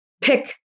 pick